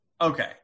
Okay